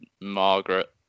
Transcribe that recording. Margaret